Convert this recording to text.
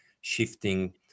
shifting